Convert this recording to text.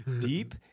Deep